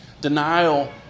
Denial